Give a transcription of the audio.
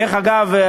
דרך אגב,